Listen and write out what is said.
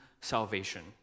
salvation